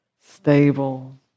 stable